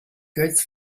götz